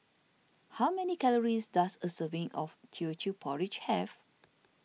how many calories does a serving of Teochew Porridge have